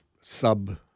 sub